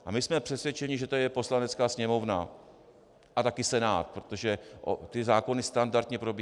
A my jsme přesvědčeni, že to je Poslanecká sněmovna a taky Senát, protože zákony standardně probíhají.